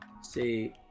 see